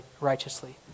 righteously